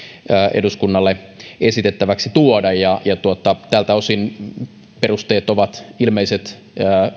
eduskunnalle tuoda esitettäväksi ja tältä osin perusteet ovat ilmeiset